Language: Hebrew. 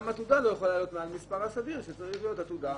גם עתודה לא יכולה להיות מעל המספר הסביר שצריכה להיות עתודה.